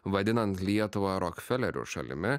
vadinant lietuvą rokfelerių šalimi